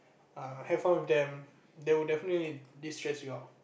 err have fun with them they will definitely de stress you out